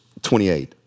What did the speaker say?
28